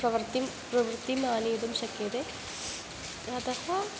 प्रवर्तिं प्रवृत्तिम् आनयितुं शक्यते अतः